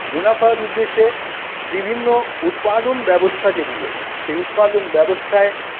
মুনাফার উদ্দেশ্যে বিভিন্ন উৎপাদন ব্যবস্থা যেগুলো সেই উৎপাদন ব্যবস্থায়